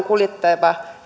kuljettava